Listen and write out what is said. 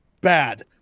bad